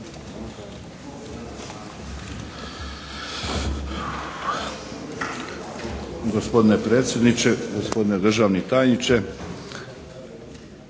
gospodine predsjedniče, gospodine državni tajniče,